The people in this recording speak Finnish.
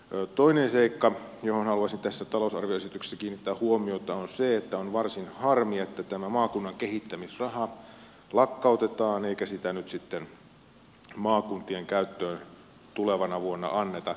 toinen seikka johon haluaisin tässä talousarvioesityksessä kiinnittää huomiota on se että on varsin harmi että maakunnan kehittämisraha lakkautetaan eikä sitä maakuntien käyttöön tulevana vuonna anneta